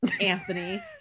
Anthony